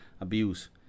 abuse